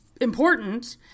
important